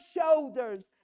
shoulders